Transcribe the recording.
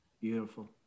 Beautiful